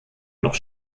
noch